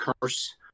curse